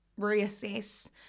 reassess